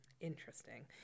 interesting